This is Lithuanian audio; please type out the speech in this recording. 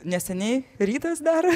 neseniai rytas dar